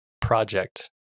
project